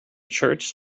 church